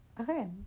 okay